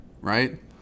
right